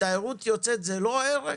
ותיירות יוצאת זה לא ערך?